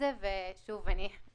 (ח)סעיף 106(ב)(2); מטפל בגביית חוב מס מצד ג'.